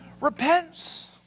repents